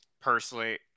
personally